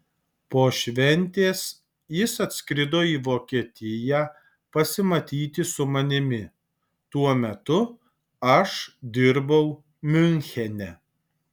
po šventės jis atskrido į vokietiją pasimatyti su manimi tuo metu aš dirbau miunchene